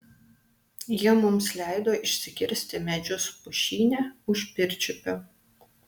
jie mums leido išsikirsti medžius pušyne už pirčiupio